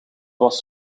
was